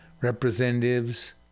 representatives